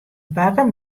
barre